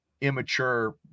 immature